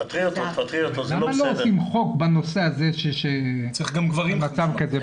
למה לא עושים חוק בנושא הזה במצב כזה?